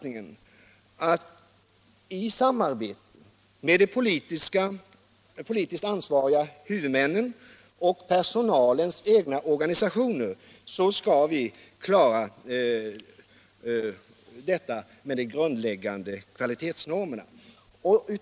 I samarbete med de politiskt ansvariga huvudmännen och personalens egna organisationer skall vi klara detta med de grundläggande kvalitetsnormerna.